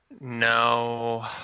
No